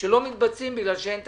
שלא מתבצעים בגלל שאין תקציב.